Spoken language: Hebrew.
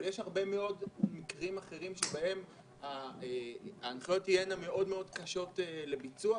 אבל יש הרבה מאוד מקרים אחרים שבהם ההנחיות יהיו מאוד מאוד קשות לביצוע.